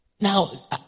Now